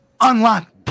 Unlock